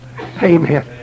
Amen